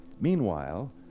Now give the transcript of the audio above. Meanwhile